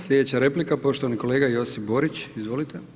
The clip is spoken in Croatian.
Slijedeća replika, poštovani kolega Josip Borić, izvolite.